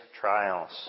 trials